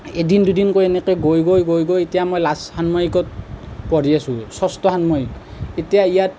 এদিন দুদিনকৈ এনেকৈ গৈ গৈ গৈ গৈ এতিয়া মই লাষ্ট ষান্মাসিকত পঢ়ি আছোঁ ষষ্ঠ ষান্মাসিক এতিয়া ইয়াত